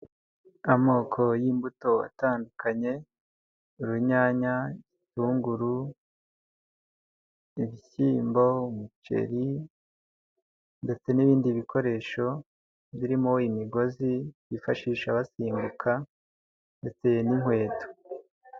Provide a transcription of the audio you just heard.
Amoko y'imbuto atandukanye urunyanya igitunguru ibishyimbo umuceri ndetse n'ibindi bikoresho birimo imigozi bifashisha basimbuka ndetse n'inkweto.